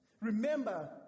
Remember